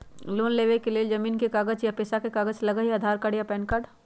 Loan लेवेके लेल जमीन के कागज या पेशा के कागज लगहई या आधार कार्ड या पेन कार्ड?